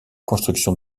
construction